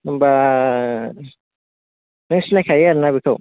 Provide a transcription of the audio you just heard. होनबा नों सिनायखायो आरोना बेखौ